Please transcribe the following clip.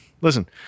listen